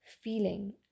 feeling